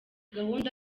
gahunda